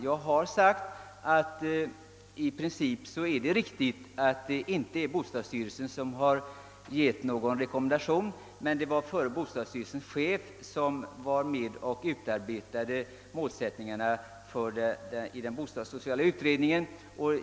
Jag har sagt att det i princip är riktigt att bostadsstyrelsen inte gjort någon rekommendation, men bostadsstyrelsens förre chef var med och utarbetade målsättningarna i den bostadssociala utredningen.